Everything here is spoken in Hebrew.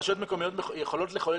אני חושב שרשויות מקומיות יכולות לחולל